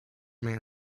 man